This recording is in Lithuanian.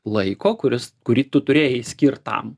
laiko kuris kurį tu turėjai skirt tam